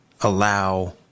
allow